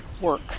work